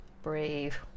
Brave